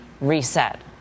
reset